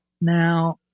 Now